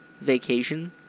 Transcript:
vacation